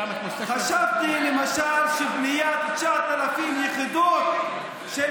חשבתי למשל שבניית 9,000 יחידות של